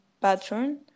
pattern